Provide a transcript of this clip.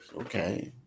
Okay